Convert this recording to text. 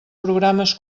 programes